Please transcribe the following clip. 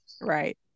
Right